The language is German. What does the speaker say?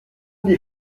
die